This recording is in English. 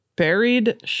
Buried